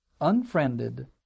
unfriended